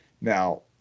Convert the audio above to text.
now